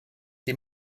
dem